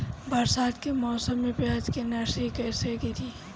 बरसात के मौसम में प्याज के नर्सरी कैसे गिरी?